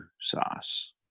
sauce